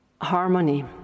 harmony